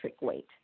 weight